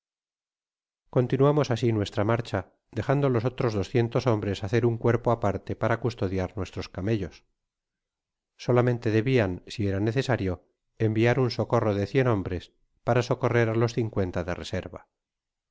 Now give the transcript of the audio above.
continuamos así nuestra marcha dejando los otros doscientos hombres hacer un cuerpo aparte para custodiar nuestros camellos solamente debiaa si era necesario enviar un socorro de cien hombres para socorrer á los cin cuenta de reserva